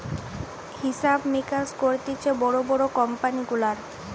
হিসাব মিকাস করতিছে বড় বড় কোম্পানি গুলার